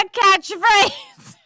catchphrase